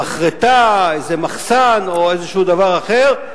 מחרטה, איזה מחסן או איזה דבר אחר.